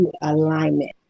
alignment